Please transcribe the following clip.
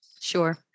Sure